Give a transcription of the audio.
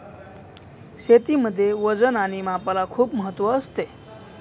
शेतीमध्ये वजन आणि मापाला खूप महत्त्व आहे